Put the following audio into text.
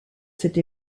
cette